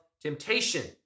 temptation